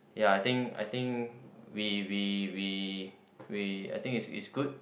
ya I think I think we we we we I think is is good